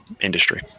industry